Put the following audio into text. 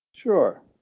Sure